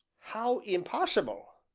how impossible?